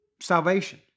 salvation